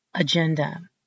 agenda